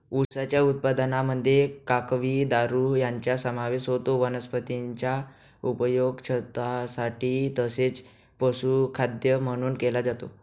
उसाच्या उत्पादनामध्ये काकवी, दारू यांचा समावेश होतो वनस्पतीचा उपयोग छतासाठी तसेच पशुखाद्य म्हणून केला जातो